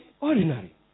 ordinary